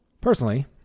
Personally